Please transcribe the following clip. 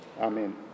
Amen